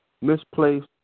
misplaced